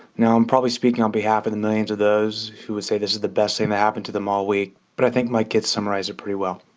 now, i'm probably speaking on behalf of the millions of those who would say this is the best thing that happened to them all week. but i think my kids summarize it pretty well.